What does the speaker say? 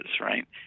right